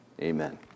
Amen